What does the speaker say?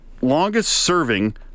longest-serving